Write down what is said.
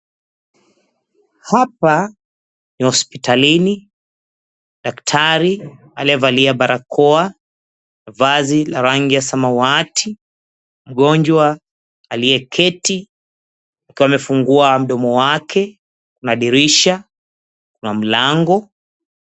Hapa ni hospitalini, daktari aliyevalia barakoa, vazi la rangi ya samawati, mgonjwa aliyeketi akiwa amefungua mdomo wake. Madirisha na mlango.